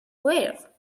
were